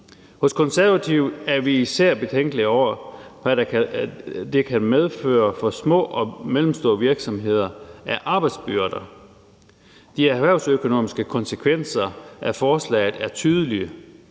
Hos Konservative er vi især betænkelige ved, hvad det kan medføre for små og mellemstore virksomheder af arbejdsbyrder. De erhvervsøkonomiske konsekvenser af forslaget er tydelige.